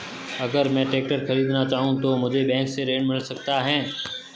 अगर मैं ट्रैक्टर खरीदना चाहूं तो मुझे बैंक से ऋण मिल सकता है?